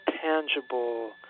tangible